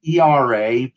ERA